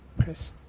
Chris